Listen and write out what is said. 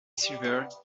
silver